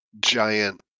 giant